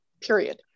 period